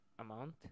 Amount